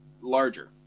larger